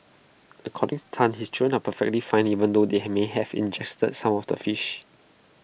according to Tan his children are perfectly fine even though they have may have ingested some of the fish